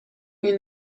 این